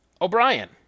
O'Brien